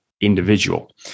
individual